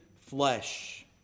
flesh